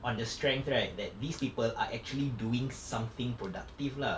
on the strength right that these people are actually doing something productive lah